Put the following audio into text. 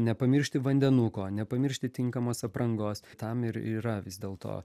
nepamiršti vandenuko nepamiršti tinkamos aprangos tam ir yra vis dėlto